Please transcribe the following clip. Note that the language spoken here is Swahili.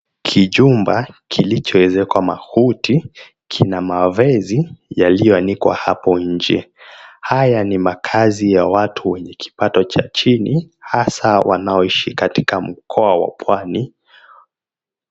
Kijumba kilichoezekwa makuti kina mavezi yalioanikwa hapo nje haya ni makaazi ya wenye kipato cha chini wanaoishi kwenye mkoa wa pwani.